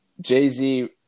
Jay-Z